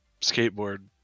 skateboard